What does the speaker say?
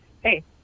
hey